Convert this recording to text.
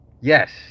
Yes